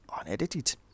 unedited